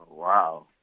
Wow